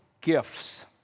gifts